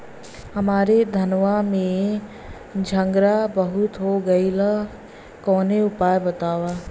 हमरे धनवा में झंरगा बहुत हो गईलह कवनो उपाय बतावा?